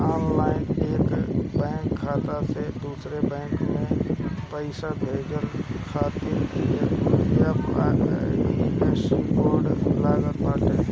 online एक bank खाता से दूसरा बैंक खाता में पईसा भेजे खातिर आई.एफ.एस.सी कोड लागत बाटे